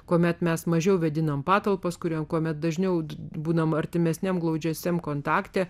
kuomet mes mažiau vėdiname patalpas kurioms kuomet dažniau būname artimesniam glaudžiame kontakte